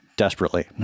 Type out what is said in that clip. Desperately